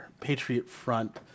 Patriot-Front